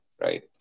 right